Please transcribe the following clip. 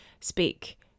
speak